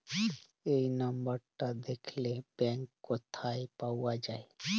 এই লম্বরটা দ্যাখলে ব্যাংক ক্যথায় পাউয়া যায়